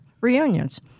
reunions